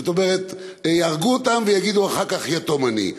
זאת אומרת, יהרגו אותם ויגידו אחר כך "יתום אני".